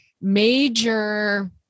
major